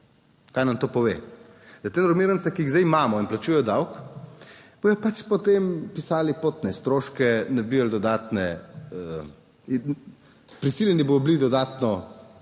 Kaj nam to pove? Da te normirance, ki jih zdaj imamo in plačujejo davek, bodo potem pisali potne stroške, nabili dodatne, prisiljeni bodo bili dodatno